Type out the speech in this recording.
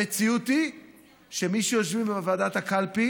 המציאות היא שמי שיושבים בוועדת הקלפי